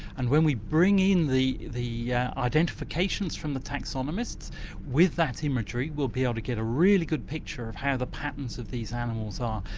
and when we bring in the the yeah identifications from the taxonomists with that imagery we'll be able ah to get a really good picture of how the patterns of these animals are,